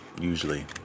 usually